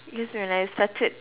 is when I started